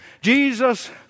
Jesus